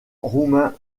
roumain